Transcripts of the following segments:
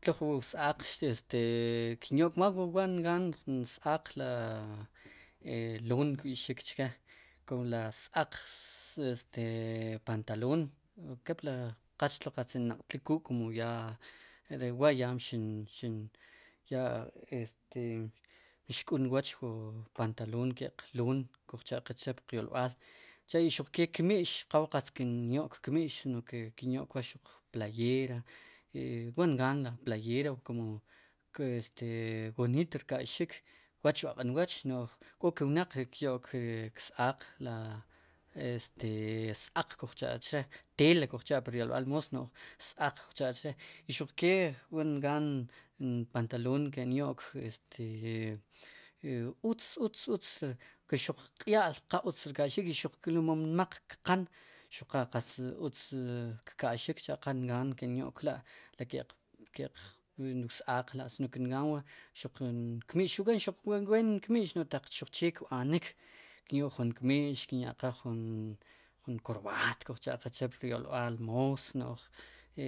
Tlo jun wa ws-aaq este kinyo'k más wu waa ngaan ns-aaq li e loon kb'ixik chke la s-aaq ri pantaloon kepli qal qatz nnaq'tlik kuk' ri waa ya, mxin ya e, este mxk'ul nwooch jun pantaloon ke'q loon kujcha'qe chke puq yolb'al sicha' i xuq kee kmi'x qal waa qatz kin yo'k kmi'x sino ke kinyo'kwaa playera wa ngaan playera kum este woniit rka'yxik waa chb'aq'nwooch no'j k'o ke wnaq kyo'k rik s-aaq la este s-aaq kujcha' chke tele kujcha' pur yoolb'aal moos, n'oj s-aaq kuj cha'chre' i xuq kee wa ngaan npantaloon kinyo'k este utz, utz xuq q'ya'l qa utz rka'ixik kel mom nmaq kqan xu qa qatz utz kka'ixik cha' qal nqaan ki'nyo'k la' li ke'q qs-aaq la' no'j nqaan waa jun kmi'x wu wee no'j xuq taq chee kb'anik kin yo'k jun kmi'x kinya'qaaj jun koorb'aat kujcha'qe che' pur yoolb'aal moos no'j e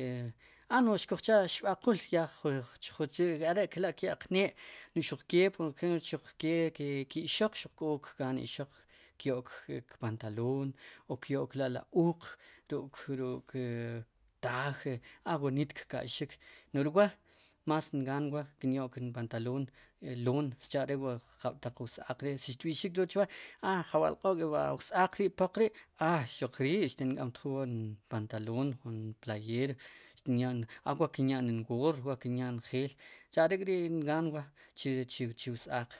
a no'j xkujcha' jun xb'aqul ya chjunche are'ke la' kya'qaaj taq nee' xuq kee por ejemplo xuq ke ke ixoq k'o kgaan ixoq, kyo'k kpantaloon, k'o kyo'k la' ri uq ruk', ruk traje a wooniit kka'yxik no'j ri wa' más ngaan kinyo'k npantaloon loon sicha'are'wa'jab'taq wsaaq si xtb'i'xik chwa a jab'alq'o 'wa' s-aaq ri poq rii a xuq rii xtin k'amtjul wa' jun pantaloon jun playera xtinya'n a wa kinya'n goor waa kinya'n njel sicha'are' k'ri' nqaan waa chu ws-aaq.